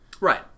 Right